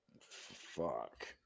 Fuck